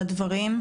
על הדברים.